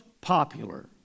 popular